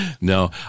No